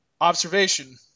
observation